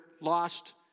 lost